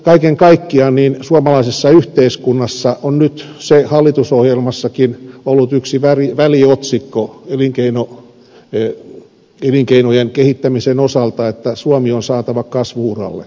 kaiken kaikkiaan suomalaisessa yhteiskunnassa on nyt se hallitusohjelmassakin ollut yksi väliotsikko elinkeinojen kehittämisen osalta että suomi on saatava kasvu uralle